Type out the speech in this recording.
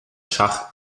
schach